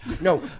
No